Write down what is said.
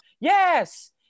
yes